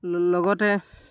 লগতে